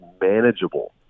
manageable